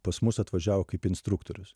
pas mus atvažiavo kaip instruktorius